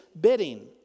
bidding